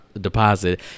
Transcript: deposit